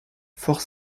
fort